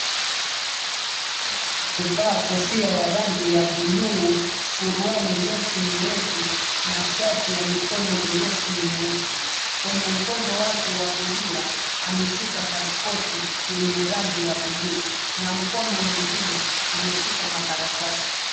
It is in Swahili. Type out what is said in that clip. Mvulana amevaa kofia ya rangi ya bluu ,suruali ndefu nyeupe na shati ya mikono mirefu nyeusi. Kwenye mkono wake wa kulia ameshika pasipoti yenye rangi ya bluu na mkono mwengine ameshika makaratasi.